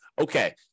okay